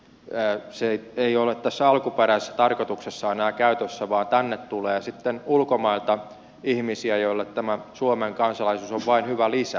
tää se ettei ole alkuperäisessä tarkoituksessaan enää käytössä vaan tänne tulee sitten ulkomailta ihmisiä joille tämä suomen kansalaisuus on vain hyvä lisä